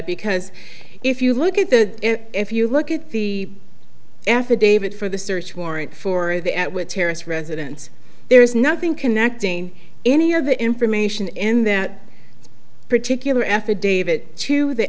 because if you look at that if you look at the affidavit for the search warrant for the atwood terrace residence there is nothing connecting any of the information in that particular affidavit to the